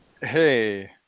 Hey